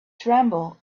tremble